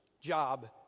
job